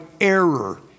error